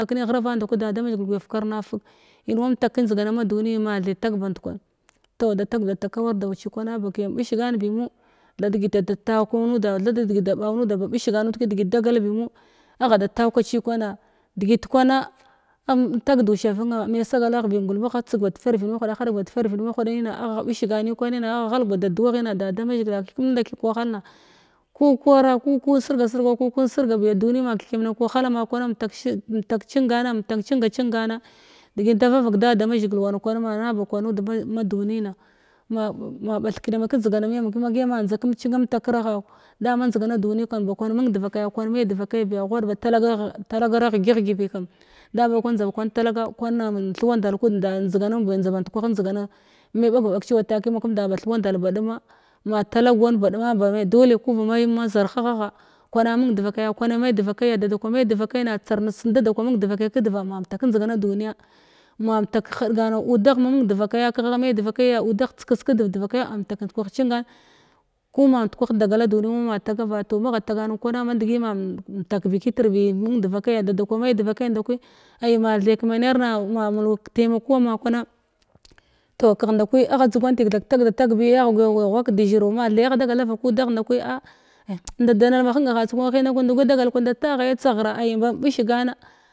Akni ghraban ndakwi na da mazhigil guya fukar na fug in wa ntak kənjdigana ma duniyin ma the tag band kwan tof da tag kawar dau cikwana ba kiyam bish gan bimo tha degida tau kwan huda thadegi tha da ɓaw nuda ba ɓish gan nud kədegit dagal bimo agha da da taukaci kwana degit kwana am tag du shuv nenna me sagalagh bi ngulma agha tseg bad farvid mahuɗa a haɗeg bad farvid magudin agha bigh gan nim kwanina agha ghalgh ba da duwaghina da da mazhigila kethekenda kethig kəwahalha ku kwara ku kwan sirga sirga ku kwan sirga biya duniyin ma kuthekiyamna kəwahala ma kwana ntak shig mtak cingana mtakcinga cingana degi ndavav vak da da mazhigil wan kwana ma na kwan nud ma dunina ma ɓa ma ɓat kiyama kənjdi gana miyamim ma kiyama njda kiyam takra ha da ma njdigana duni kam ba kwan mung devakaya kwan ma’i devakai biya ghud ba talagagh talagara aghgyibi kam da ma ba kwan njda ba talaga kwan thwandal kud nda da ma njda band kwah njdigana me ɓagvaɓag cewa takiya maƙamnda ba thuwandal ba ɗumma ma talag wan baɗuma ba ma’i dole ku ba ma zarha hagha kwana mung devakaya da da kwa me devakai na tsarnes da da kwa mung devakai kədva ma mtak njdigana duniya ma mtak udagh ma mung devakaya kagh agha me devakai ya udagh tsekes kədv devakai kaya ma mtak ndkwah cingan ku ma ndkwah dagala duni toh magha tagan nim kwana mandgi ma mtak bi kitr bi mung devakaya da da kwa me devakai ndkwi ai ma the kəmenar na ma mulwu kətaimaku ama kwana toh kagh nda kwi agha dzugamti that tha kətag da tagbi agha guya ghual de zhiru ma the agha dagal da vakudagh nda kwi a ah njda danal ma henga hats nda taghaya tsaghra ai ban ɓish gana